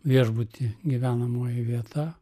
viešbuty gyvenamoji vieta